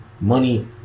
Money